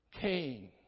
Cain